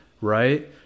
right